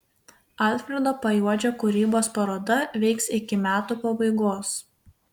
alfredo pajuodžio kūrybos paroda veiks iki metų pabaigos